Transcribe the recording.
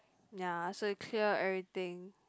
ya so it clear everything